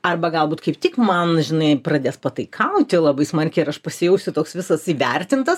arba galbūt kaip tik man žinai pradės pataikauti labai smarkiai ir aš pasijausiu toks visas įvertintas